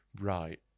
Right